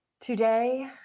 Today